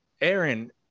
Aaron